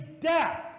death